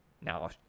now